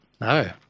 No